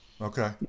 Okay